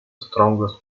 strongest